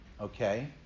okay